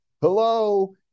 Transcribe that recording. hello